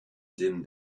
din